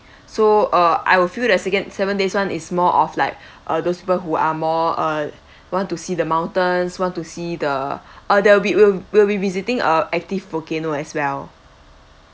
so uh I will feel that second seven days [one] is more of like err those people who are more err want to see the mountains want to see the err the we will will be visiting a active volcano as well